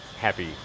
happy